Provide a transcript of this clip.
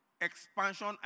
Expansion